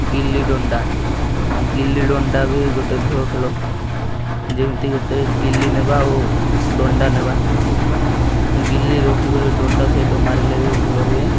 ଗିଲି ଡଣ୍ଡା ଗିଲି ଡଣ୍ଡା ବି ଗୋଟେ ଭଳ ଖେଲ ଯେମିତି ଗୋଟେ ଗିଲି ନେବା ଆଉ ଡଣ୍ଡା ନେବା ଗିଲି ରଖିକରି ଡଣ୍ଡା ସହିତ ମାରିଲେ ବି ଭଲ ହୁଏ